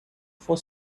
for